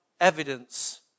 evidence